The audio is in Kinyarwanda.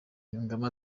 yungamo